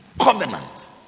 Covenant